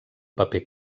paper